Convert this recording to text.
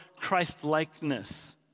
Christ-likeness